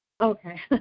Okay